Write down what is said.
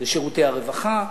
זה שירותי הרווחה,